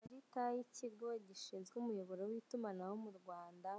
Ikarita yikigo gishinzwe umuyoboro w'itumanaho murwanda